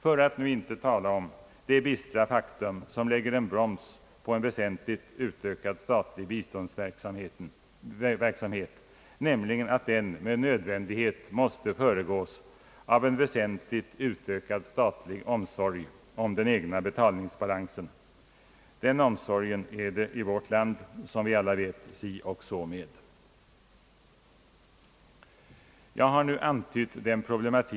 För att nu inte tala om det bistra faktum som lägger en broms på en väsentligt utökad statlig biståndsverksamhet, nämligen att den med nödvändighet måste föregås av en väsentligt utökad statlig omsorg om den egna betalningsbalansen. Den omsorgen är det i vårt land som alla vet si och så med. Jag har nu antytt den problematik Ang.